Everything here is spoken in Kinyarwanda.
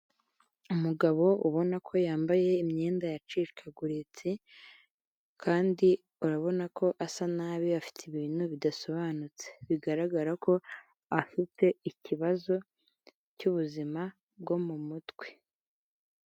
Umugabo ubona ko yambaye imyenda yacikaguritse kandi urabona ko asa nabi afite ibintu bidasobanutse. Bigaragara ko afite ikibazo cy'ubuzima bwo mu mutwe.